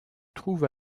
trouve